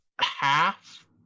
Half